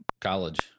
college